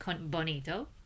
bonito